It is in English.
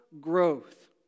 growth